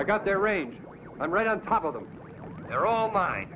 i got there range i'm right on top of them they're all mine